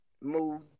mood